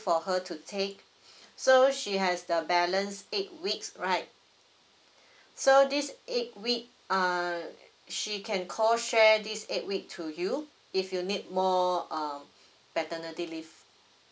for her to take so she has the balanced eight weeks right so this eght week err she can co share this eight week to you if you need more uh paternity leave